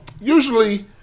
usually